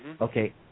okay